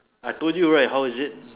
I told you right how is it